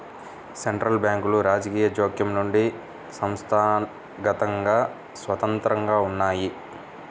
central బ్యాంకులు రాజకీయ జోక్యం నుండి సంస్థాగతంగా స్వతంత్రంగా ఉన్నయ్యి